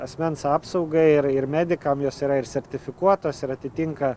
asmens apsaugai ir ir medikam jos yra ir sertifikuotos ir atitinka